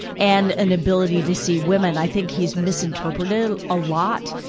and an ability to see women i think he's misinterpreted a lot.